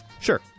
sure